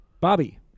Bobby